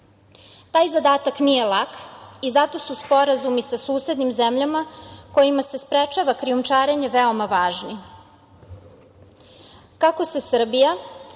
Taj zadatak nije lak i zato su sporazumi sa susednim zemljama kojima se sprečava krijumčarenje veoma važni. Kako se Srbija